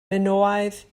minoaidd